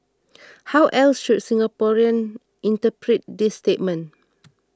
how else should Singaporeans interpret this statement